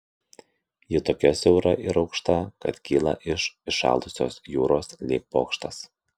ji tokia siaura ir aukšta kad kyla iš įšalusios jūros lyg bokštas